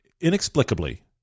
inexplicably